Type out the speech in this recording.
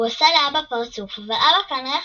הוא עשה לאבא פרצוף, אבל